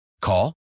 Call